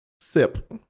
sip